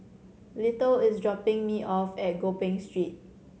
Little is dropping me off at Gopeng Street